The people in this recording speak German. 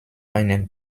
einen